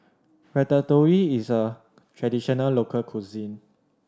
ratatouille is a traditional local cuisine